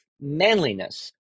manliness